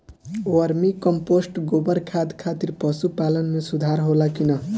Vermi compost गोबर खाद खातिर पशु पालन में सुधार होला कि न?